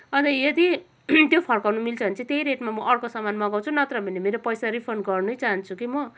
अनि यदि त्यो फर्काउन मिल्छ भने चाहिँ त्यही रेटमा अर्को समान मगाउँछु नत्र भने मेरो पैसा रिफन्ड गर्नै चाहन्छु कि म